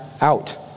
out